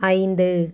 ஐந்து